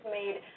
made